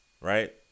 right